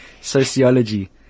Sociology